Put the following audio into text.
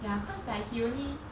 ya cause like he only